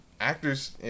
actors